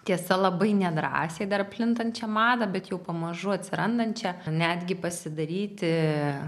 tiesa labai nedrąsiai dar plintančią madą bet jau pamažu atsirandančią netgi pasidaryti